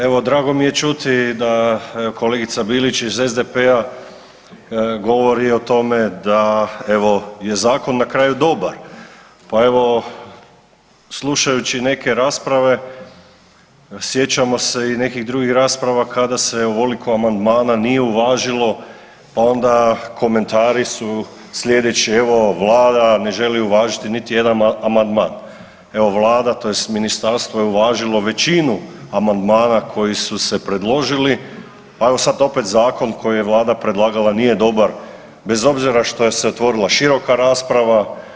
Evo, drago mi je čuti i da kolegica Bilić iz SDP-a govori o tome da je evo zakon na kraju dobar, pa evo slušajući neke rasprave sjećamo se i nekih drugih rasprava kada se ovoliko amandmana nije uvažilo, pa onda komentari su slijedeći, evo Vlada ne želi uvažiti niti jedan amandman, evo Vlada tj. ministarstvo je uvažilo većinu amandmana koji su se predložili pa evo sad opet zakon koji je Vlada predlagala nije dobar bez obzira što je se otvorila široka rasprava.